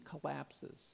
collapses